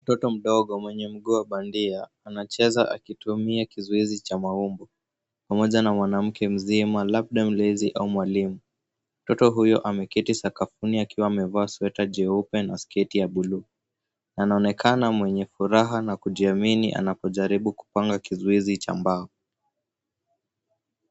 Mtoto mdogo mwenye mguu wa bandia anacheza akitumia kizuizi cha maumbu pamoja na mwanamke mzima labda mlezi au mwalimu. Mtoto huyu ameketi sakafuni akiwa amevaa sweta jeupe na sketi ya buluu, na anaonekana mwenye furaha na kujiamini anapojaribu kupanga kizuizi cha mbao.